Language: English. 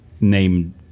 named